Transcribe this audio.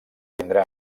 tindrà